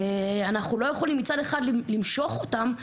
אנחנו לא יכולים מצד אחד למשוך אותם,